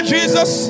Jesus